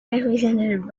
represented